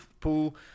pool